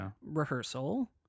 Rehearsal